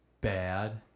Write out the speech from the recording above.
bad